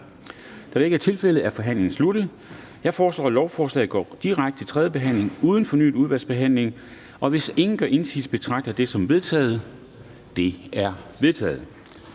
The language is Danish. Da det ikke er tilfældet, er forhandlingen sluttet. Jeg foreslår, at lovforslaget går direkte til tredje behandling uden fornyet udvalgsbehandling. Hvis ingen gør indsigelse, betragter jeg det som vedtaget. Det er vedtaget.